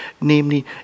Namely